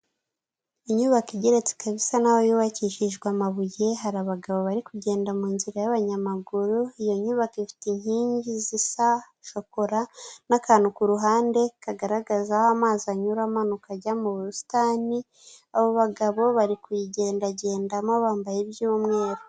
Inyubako igereratse ikaba isa n'aho yubakishijwe amabuye, hari abagabo bari kugenda mu nzira y'abanyamaguru, iyo nyubako ifite inkingi zisa shokora n'akantu ku ruhande kagaragaza aho amazi anyura amanuka ajya mu busitani, abo bagabo bari kuyigendagendamo bambaye iby'umweru.